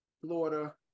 Florida